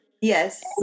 Yes